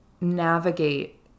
navigate